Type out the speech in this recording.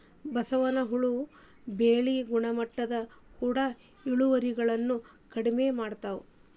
ಬಸವನ ಹುಳಾ ಬೆಳಿ ಗುಣಮಟ್ಟದ ಕೂಡ ಇಳುವರಿನು ಕಡಮಿ ಮಾಡತಾವ